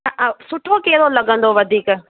सुठो कहिड़ो लॻंदो वधीक